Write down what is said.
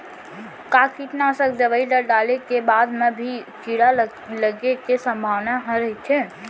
का कीटनाशक दवई ल डाले के बाद म भी कीड़ा लगे के संभावना ह रइथे?